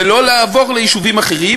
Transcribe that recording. ולא לעבור ליישובים אחרים,